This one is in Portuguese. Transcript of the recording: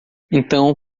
então